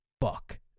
fuck